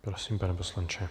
Prosím, pane poslanče.